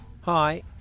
Hi